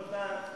תודה.